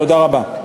תודה רבה.